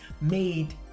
made